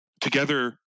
Together